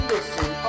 Listen